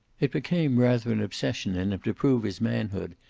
it became rather an obsession in him to prove his manhood,